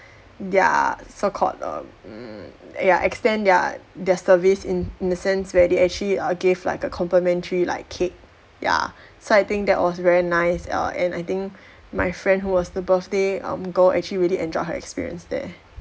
their so called um mm ya extend their their service in in the sense where they actually uh gave like a complimentary like cake ya so I think that was very nice err and I think my friend who was the birthday um girl actually really enjoyed her experience there